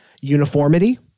uniformity